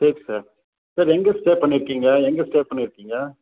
சரி sir sir எங்கே stay பண்ணி இருக்கீங்க எங்கே ஸ்டே பண்ணி இருக்கீங்க